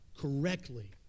correctly